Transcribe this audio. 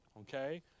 Okay